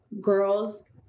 girls